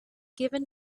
given